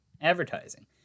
advertising